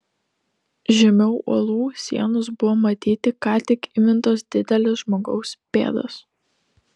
žemiau uolų sienos buvo matyti ką tik įmintos didelės žmogaus pėdos